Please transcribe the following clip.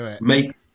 make